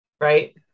right